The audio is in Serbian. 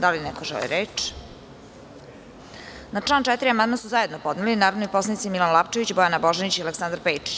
Da li neko želi reč? (Ne.) Na član 4. amandman su zajedno podneli narodni poslanici Milan Lapčević, Bojana Božanić i Aleksandar Pejčić.